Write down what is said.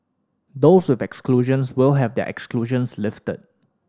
those with exclusions will have their exclusions lifted